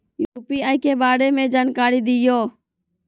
UPI के बारे में जानकारी दियौ?